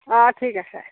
অঁ ঠিক আছে